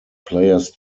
players